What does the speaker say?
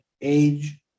age